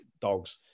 dogs